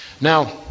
Now